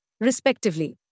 respectively